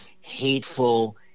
hateful